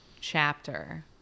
chapter